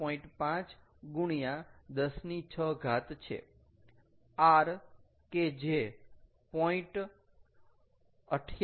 5 x106 છે R કે જે 0